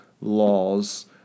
laws